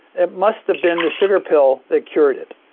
it must have been the sugar pill that cured it,